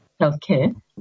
healthcare